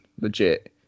legit